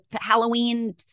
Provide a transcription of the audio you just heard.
Halloween